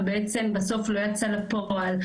ובעצם בסוף לא יצאה לפועל.